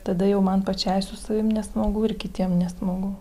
tada jau man pačiai su savim nesmagu ir kitiem nesmagu